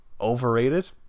Overrated